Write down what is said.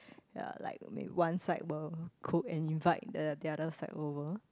ye like maybe one side will cook and invite the other side over